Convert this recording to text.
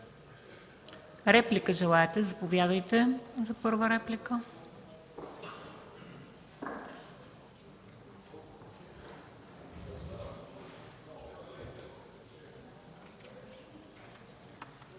Реплики? Заповядайте за първа реплика.